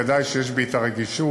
ודאי שיש בי רגישות.